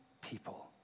people